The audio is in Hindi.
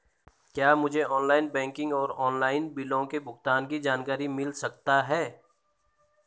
क्या मुझे ऑनलाइन बैंकिंग और ऑनलाइन बिलों के भुगतान की जानकारी मिल सकता है?